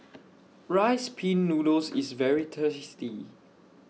Rice Pin Noodles IS very tasty